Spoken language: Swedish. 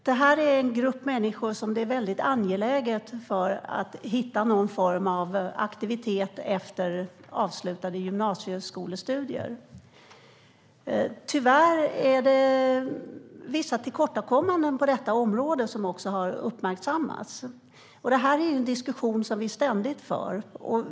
Herr talman! Det är en grupp människor som det är angeläget att hitta någon form av aktivitet efter avslutade gymnasieskolestudier för. Tyvärr är det vissa tillkortakommanden på detta område, vilket också har uppmärksammats. Det är en diskussion som vi ständigt för.